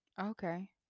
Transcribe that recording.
Okay